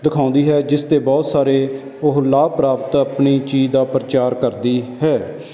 ਦਿਖਾਉਂਦੀ ਹੈ ਜਿਸ 'ਤੇ ਬਹੁਤ ਸਾਰੇ ਉਹ ਲਾਭ ਪ੍ਰਾਪਤ ਆਪਣੀ ਚੀਜ਼ ਦਾ ਪ੍ਰਚਾਰ ਕਰਦੀ ਹੈ